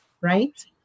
Right